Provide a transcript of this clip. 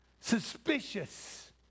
suspicious